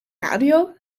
radio